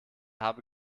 habe